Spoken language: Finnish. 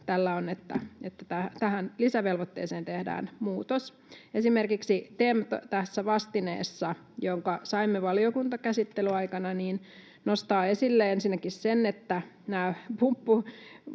tällä on, että tähän lisävelvoitteeseen tehdään muutos. Esimerkiksi TEM tässä vastineessa, jonka saimme valiokuntakäsittelyn aikana, nostaa esille ensinnäkin sen, että